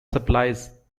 supplies